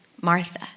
Martha